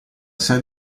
sede